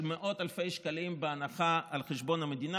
מאות אלפי שקלים בהנחה על חשבון המדינה,